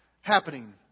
happening